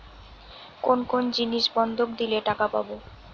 কোন কোন জিনিস বন্ধক দিলে টাকা পাব?